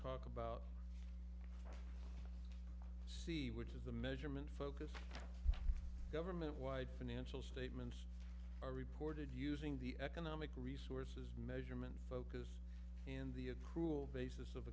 talk about see which is the measurement focus government wide financial statements are reported using the economic resources measurement focus and the a cruel basis of